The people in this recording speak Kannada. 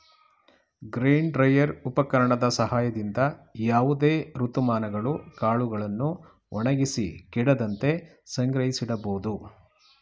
ಗ್ರೇನ್ ಡ್ರೈಯರ್ ಉಪಕರಣದ ಸಹಾಯದಿಂದ ಯಾವುದೇ ಋತುಮಾನಗಳು ಕಾಳುಗಳನ್ನು ಒಣಗಿಸಿ ಕೆಡದಂತೆ ಸಂಗ್ರಹಿಸಿಡಬೋದು